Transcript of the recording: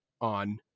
on